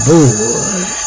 Board